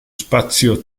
spazio